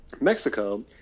Mexico